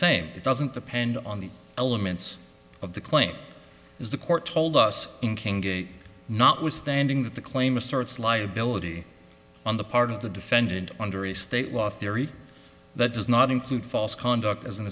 same it doesn't depend on the elements of the claim is the court told us in king gate notwithstanding that the claim asserts liability on the part of the defendant under a state law theory that does not include false conduct as an